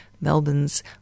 Melbourne's